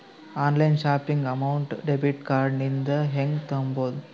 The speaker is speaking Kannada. Online shopping amount debit card ಇಂದ ಹೆಂಗ್ ತುಂಬೊದು?